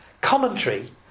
commentary